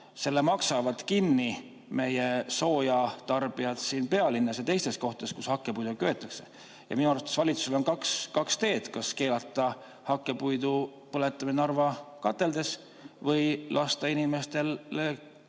Narvas maksavad kinni meie soojatarbijad siin pealinnas ja teistes kohtades, kus hakkepuiduga köetakse. Minu arvates on valitsusel kaks teed: kas keelata hakkepuidu põletamine Narva kateldes või lasta inimestele